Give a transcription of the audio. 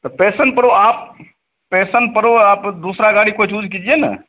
तो Passion Pro आप Passion Pro आप दूसरी गाड़ी कोई चूज कीजिए ना